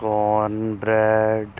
corn bread